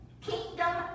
kingdom